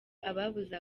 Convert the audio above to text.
ababuze